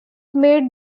made